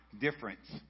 difference